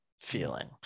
feeling